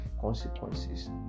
consequences